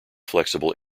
flexible